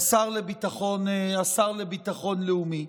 השר לביטחון לאומי.